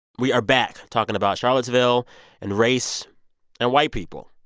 we are back talking about charlottesville and race and white people.